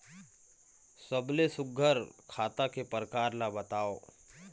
सबले सुघ्घर खाता के प्रकार ला बताव?